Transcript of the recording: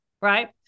Right